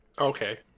Okay